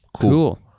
cool